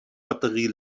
batterie